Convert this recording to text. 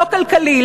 לא כלכלי,